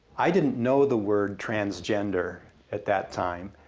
i didn't know the word transgender at that time.